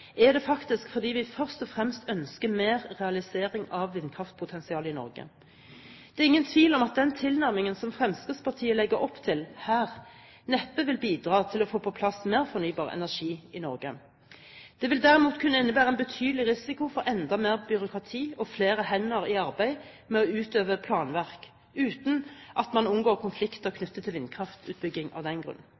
er det faktisk fordi vi først og fremst ønsker mer realisering av vindkraftpotensialet i Norge. Det er ingen tvil om at den tilnærmingen som Fremskrittspartiet legger opp til her, neppe vil bidra til å få på plass mer fornybar energi i Norge. Det vil derimot kunne innebære en betydelig risiko for enda mer byråkrati og flere hender i arbeid med å utøve planverk, uten at man unngår konflikter knyttet til vindkraftutbygging av den grunn.